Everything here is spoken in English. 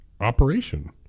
operation